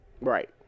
Right